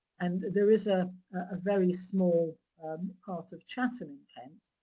and there is a ah very small part of chatham, and kent,